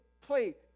play